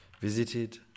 visited